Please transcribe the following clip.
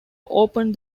opened